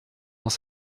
dans